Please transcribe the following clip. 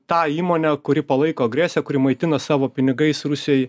tą įmonę kuri palaiko agresiją kuri maitina savo pinigais rusijoj